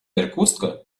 иркутска